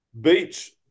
beach